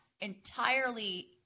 entirely